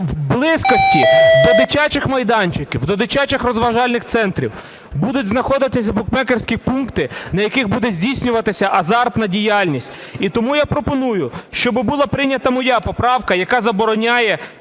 в близькості до дитячих майданчиків, до дитячих розважальних центрів будуть знаходитись букмекерські пункти, на яких буде здійснюватися азартна діяльність. І тому я пропоную, щоб була прийнята моя поправка, яка забороняє